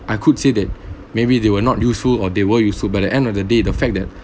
I could say that maybe they were not useful or they were useful by the end of the day the fact that